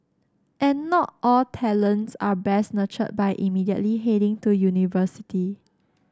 and not all talents are best nurtured by immediately heading to university